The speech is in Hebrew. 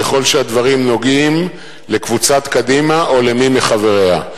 ככל שהדברים נוגעים לקבוצת קדימה או למי מחבריה.